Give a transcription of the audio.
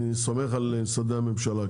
אני סומך על משרדי הממשלה.